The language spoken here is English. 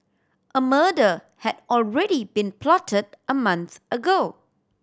a murder had already been plotted a month ago